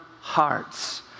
hearts